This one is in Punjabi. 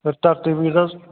ਫਿਰ ਧਰਤੀ ਵੀ